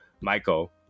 Michael